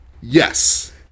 Yes